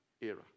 era